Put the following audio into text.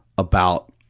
about,